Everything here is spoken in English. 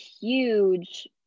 huge